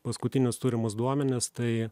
paskutinius turimus duomenis tai